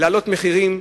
להעלות מחירים?